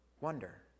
wonder